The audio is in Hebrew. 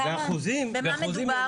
במה מדובר?